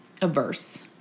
averse